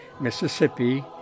Mississippi